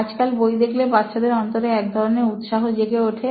আজকাল বই দেখলে বাচ্চাদের অন্তরে এক ধরনের উৎসাহ জেগে ওঠে